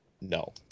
No